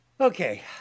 Okay